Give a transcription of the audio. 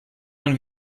man